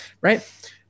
Right